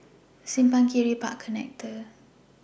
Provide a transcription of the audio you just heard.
Simpang Kiri Park Connector